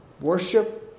worship